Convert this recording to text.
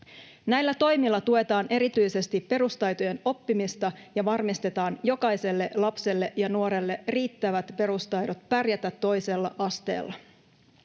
Näillä toimilla tuetaan erityisesti perustaitojen oppimista ja varmistetaan jokaiselle lapselle ja nuorelle riittävät perustaidot pärjätä toisella asteella.